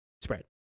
Spread